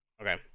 Okay